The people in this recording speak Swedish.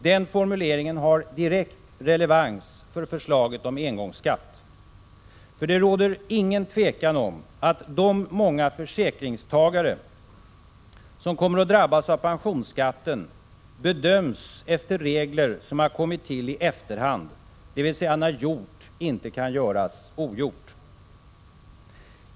Den formuleringen har direkt relevans för förslaget om engångsskatt. För det råder inget tvivel om att de många försäkringstagare som kommer att drabbas av pensionsskatten bedöms efter regler som tillkommit i efterhand, dvs. när gjort inte kan göras ogjort.